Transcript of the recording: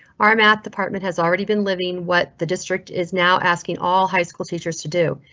our math department has already been living what the district is now asking. all high school teachers to do.